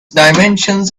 dimensions